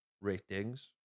ratings